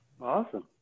awesome